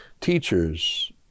Teachers